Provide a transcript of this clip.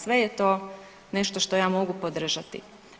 Sve je to nešto što ja mogu podržati.